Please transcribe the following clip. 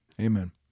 Amen